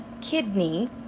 kidney